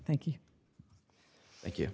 thank you thank you